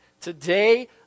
Today